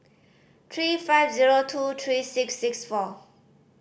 three five zero two three six six four